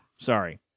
Sorry